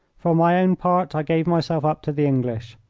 for my own part i gave myself up to the english,